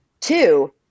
Two